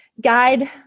guide